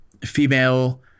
female